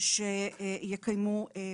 שיקיימו בירור.